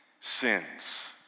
sins